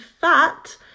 fat